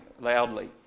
loudly